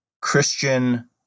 Christian